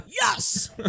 yes